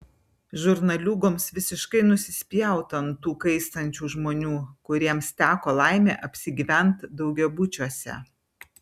žurnaliūgoms visiškai nusispjaut ant tų kaistančių žmonių kuriems teko laimė apsigyvent daugiabučiuose